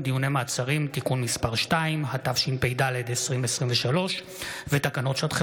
הנדרשים בשל פעולות האיבה או פעולות המלחמה (הוראת שעה,